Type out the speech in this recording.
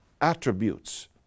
attributes